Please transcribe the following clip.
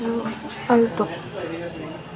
alto